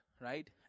Right